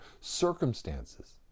circumstances